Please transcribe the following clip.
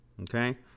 Okay